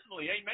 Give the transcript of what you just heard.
amen